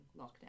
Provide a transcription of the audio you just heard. lockdown